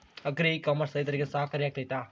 Agri e commerce ರೈತರಿಗೆ ಸಹಕಾರಿ ಆಗ್ತೈತಾ?